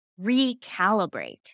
recalibrate